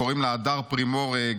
קוראים לה הדר פרימור-גדמו.